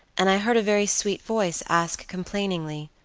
and i heard a very sweet voice ask complainingly,